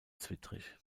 zwittrig